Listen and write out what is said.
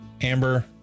Amber